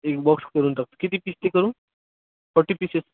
एक बॉक्स करून टाकतो किती पीस ते करू फॉटी पिसेस